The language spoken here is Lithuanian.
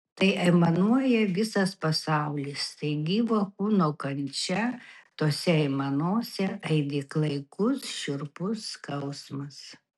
tai aimanuoja visas pasaulis tai gyvo kūno kančia tose aimanose aidi klaikus šiurpus skausmas